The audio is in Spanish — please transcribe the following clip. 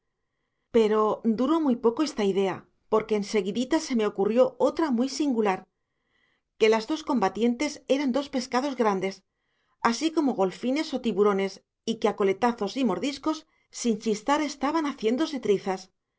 pero duró poco esta idea porque en seguidita se me ocurrió otra muy singular que las dos combatientes eran dos pescados grandes así como golfines o tiburones y que a coletazos y mordiscos sin chistar estaban haciéndose trizas